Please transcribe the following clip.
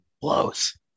blows